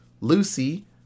lucy